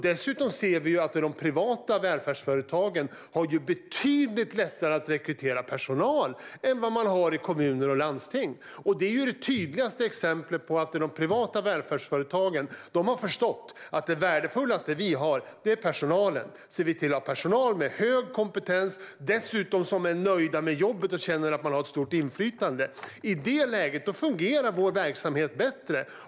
Dessutom har de privata välfärdsföretagen betydligt lättare att rekrytera personal än vad man har i kommuner och landsting. Det är ju det tydligaste exemplet på att de privata välfärdsföretagen har förstått att det värdefullaste som man har är personalen. Ser man till att ha personal med hög kompetens och som dessutom är nöjda med jobbet och känner att de har ett stort inflytande, då fungerar verksamheten bättre.